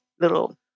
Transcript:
little